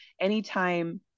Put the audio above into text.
anytime